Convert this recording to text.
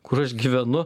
kur aš gyvenu